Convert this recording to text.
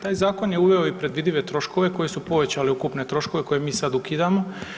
Taj je zakon je uveo i predvidive troškove koji su povećali ukupne troškove koje mi sada ukidamo.